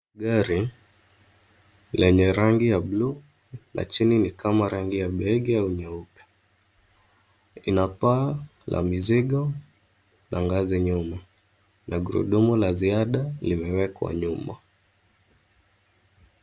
Gari lenye rangi ya buluu na chini ni kama rangi ya beige au nyeupe. Lina paa la mizigo na ngazi nyuma na gurudumu la ziada limewekwa nyuma.